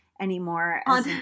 anymore